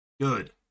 Good